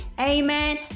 Amen